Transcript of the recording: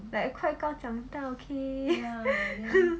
like 快高长大 okay